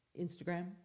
Instagram